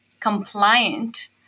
compliant